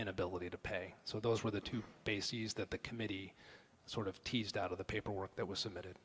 inability to pay so those were the two bases that the committee sort of teased out of the paperwork that was submitted